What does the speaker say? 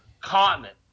continent